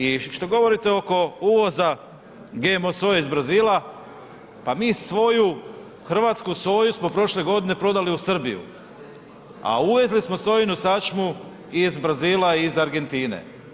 I što govorite oko uvoza GMO soje iz Brazila, pa mi svoju hrvatsku soju smo prošle godine prodali u Srbiju a uvezli smo sojinu sačmu iz Brazila, iz Argentine.